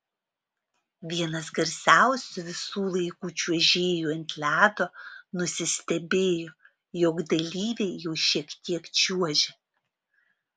vienas garsiausių visų laikų čiuožėjų ant ledo nusistebėjo jog dalyviai jau šiek tiek čiuožia